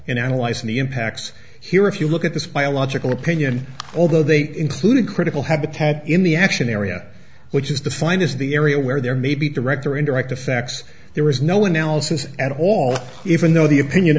in analyzing the impacts here if you look at this biological opinion although they include a critical habitat in the action area which is defined as the area where there may be direct or indirect effects there is no analysis at all even though the opinion